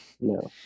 No